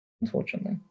unfortunately